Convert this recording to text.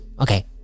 Okay